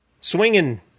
Swinging